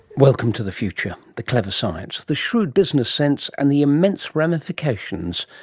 welcome to the future, the clever science, the shrewd business sense and the immense ramifications.